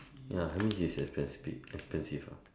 ya that means is expensive expensive ah